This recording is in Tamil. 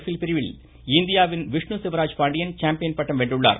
பில் பிரிவில் இந்தியாவின் விஷ்ணு சிவராஜ் பாண்டியன் சாம்பயின் பட்டம் வென்றுள்ளார்